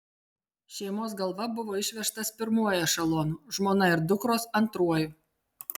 šeimos galva buvo išvežtas pirmuoju ešelonu žmona ir dukros antruoju